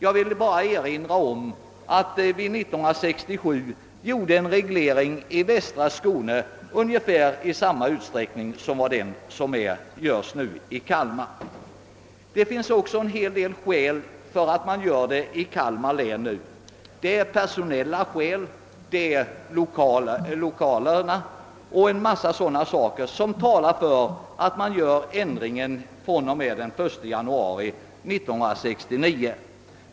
Jag vill bara erinra om att vi 1967 genomförde en reglering i västra Skåne av ungefär samma utsträckning som den som nu görs i Kalmar län. Personella, lokala och en mängd andra skäl talar också för att nu genomföra denna reglering i Kalmar län fr.o.m. den 1 januari 1969.